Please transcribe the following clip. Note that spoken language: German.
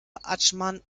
adschman